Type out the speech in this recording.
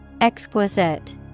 exquisite